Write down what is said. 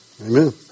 Amen